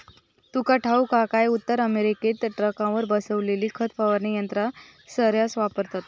तुका ठाऊक हा काय, उत्तर अमेरिकेत ट्रकावर बसवलेली खत फवारणी यंत्रा सऱ्हास वापरतत